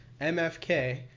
MFK